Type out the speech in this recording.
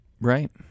right